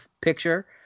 picture